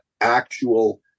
actual